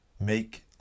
make